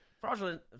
Fraudulent